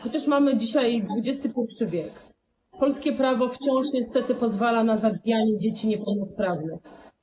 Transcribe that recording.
Chociaż mamy dzisiaj XXI w., polskie prawo wciąż niestety pozwala na zabijanie dzieci niepełnosprawnych.